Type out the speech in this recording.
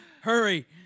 Hurry